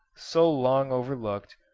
so long overlooked,